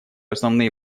основные